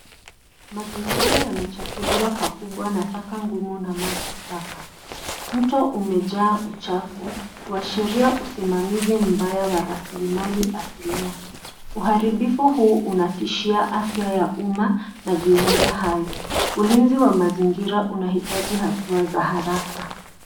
Mazingira yamechafuliwa pakubwa na taka ngumu na maji taka. Mto umejaa uchafu kuashiria usimamizi mbaya wa rasilimali asilia. Uharibifu huu unatishia afya ya umma na viumbe hai. Ulinzi wa mazingira unahitaji hatua za haraka.